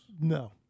No